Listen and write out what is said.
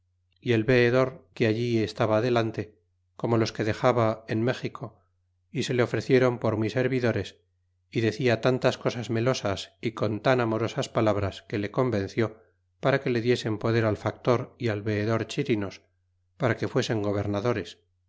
y el veedor que allí estaba delante como los que dexaba en méxico y se le ofrecieron por muy servidores y decia tantas cosas melosas y con tan amorosas palabras que le convenció para que le diesen poder al factor y al veedor chirinos para que fuesen gobernadores